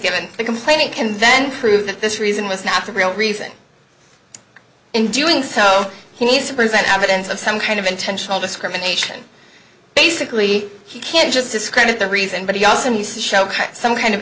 given the complainant convention proved that this reason was not the real reason in doing so he needs to present evidence of some kind of intentional discrimination basically he can't just discredit the reason but he also needs to show some kind of